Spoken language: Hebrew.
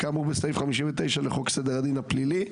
כאמור בסעיף 59 לחוק סדר הדין הפלילי".